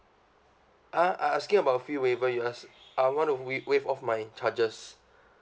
uh I asking about a fee waiver you ask I want to wai~ waive off my charges